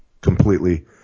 completely